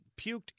puked